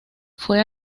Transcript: fue